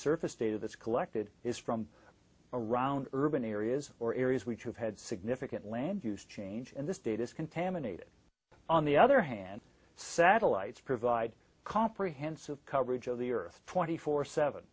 surface data that's collected is from around urban areas or areas which have had significant land use change and this data is contaminated on the other hand satellites provide comprehensive coverage of the earth twenty four seven